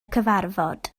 cyfarfod